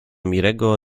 mirego